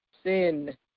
Sin